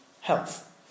health